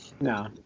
No